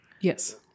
Yes